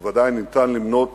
ובוודאי ניתן למנות